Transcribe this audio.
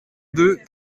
deux